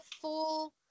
full